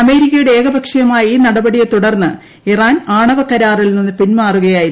അമേരിക്കയുടെ ഏക പക്ഷീയമായ ഈ നടപടിയെ തുടർന്ന് ഇറാൻ ആണവ കരാറിൽ നിന്ന് പിൻമാറുകയായിരുന്നു